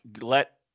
Let